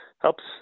helps